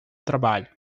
trabalho